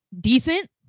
decent